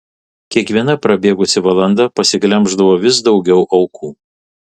kiekviena prabėgusi valanda pasiglemždavo vis daugiau aukų